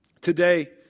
Today